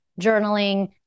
journaling